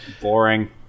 boring